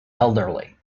elderly